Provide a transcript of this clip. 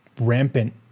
rampant